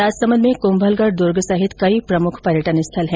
राजसमंद में कुम्भलगढ दुर्गे सहित कई प्रमुख पर्यटन स्थल है